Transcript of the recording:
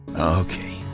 Okay